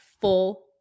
full